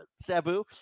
Sabu